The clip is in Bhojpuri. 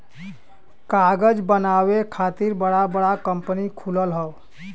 कागज बनावे खातिर बड़ा बड़ा कंपनी खुलल हौ